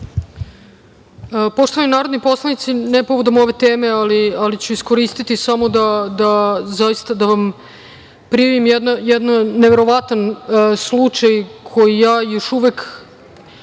Poštovani narodni poslanici, ne povodom ove teme, ali ću iskoristiti samo da vam prijavim jedan neverovatan slučaj koji ja još uvek